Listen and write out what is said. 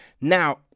Now